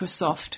Microsoft